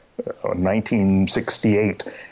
1968